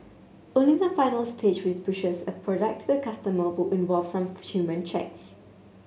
only the final stage which pushes a product customer involve some human checks